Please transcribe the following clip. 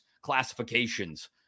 classifications